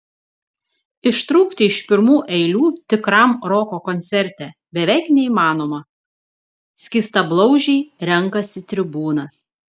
ištrūkti iš pirmų eilių tikram roko koncerte beveik neįmanoma skystablauzdžiai renkasi tribūnas